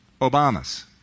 Obamas